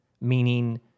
meaning